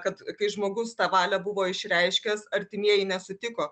kad kai žmogus tą valią buvo išreiškęs artimieji nesutiko